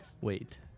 Wait